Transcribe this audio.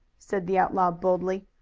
said the outlaw boldly.